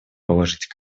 положить